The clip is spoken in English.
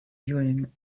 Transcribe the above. during